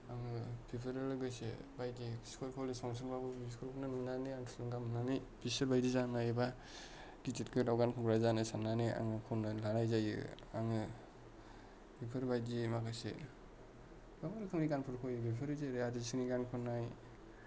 आङो बेफोरजों लोगोसे बायदि स्कुल कलेज फांसनब्लाबो बिसोरखौनो नुनानै आं थुलुंगा मोननानै बिसोरबायदि जानो एबा गिदिर गोलाव गान खनग्रा जानो साननानै आङो खननानै लानाय जायो आङो बेफोरबायदि माखासे गोबां रोखोमनि गानफोरखौ खनो बेफोर जेरै अजित सिंहनि गान खननाय